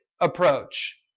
approach